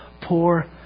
poor